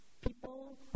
people